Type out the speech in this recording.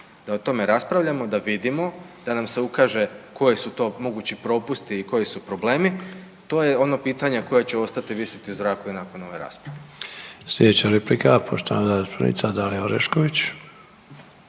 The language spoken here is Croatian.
da o tome raspravljamo da vidimo da nam se ukaže koji su to mogući propusti i koji su problemi? To je ono pitanje koje će ostati visiti u zraku i nakon ove rasprave. **Sanader, Ante (HDZ)** Sljedeća replika poštovana zastupnica Dalija Orešković.